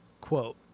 quote